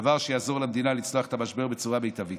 דבר שיעזור למדינה לצלוח את המשבר בצורה מיטבית.